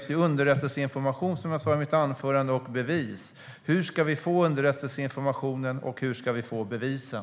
Som jag sa i mitt anförande krävs det underrättelseinformation och bevis. Hur ska vi få underrättelseinformationen, och hur ska vi få bevisen?